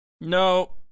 No